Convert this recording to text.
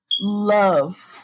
love